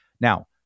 Now